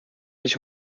nicht